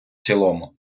цілому